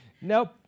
Nope